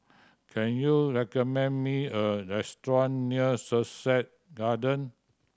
can you recommend me a restaurant near Sussex Garden